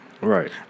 Right